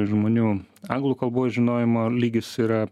žmonių anglų kalbos žinojimo lygis yra